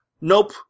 Nope